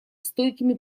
стойкими